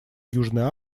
южной